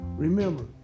Remember